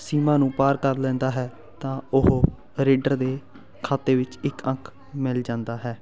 ਸੀਮਾ ਨੂੰ ਪਾਰ ਕਰ ਲੈਂਦਾ ਹੈ ਤਾਂ ਉਹ ਰੇਡਰ ਦੇ ਖਾਤੇ ਵਿੱਚ ਇੱਕ ਅੰਕ ਮਿਲ ਜਾਂਦਾ ਹੈ